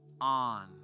on